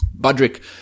Budrick